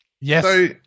Yes